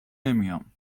نمیام